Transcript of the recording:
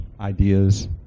ideas